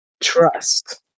Trust